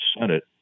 Senate